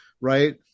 right